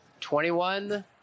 Twenty-one